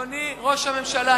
אדוני ראש הממשלה,